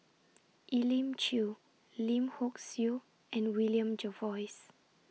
Elim Chew Lim Hock Siew and William Jervois